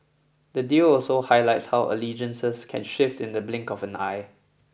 the deal also highlights how allegiances can shift in the blink of an eye